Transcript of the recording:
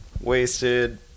Wasted